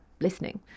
listening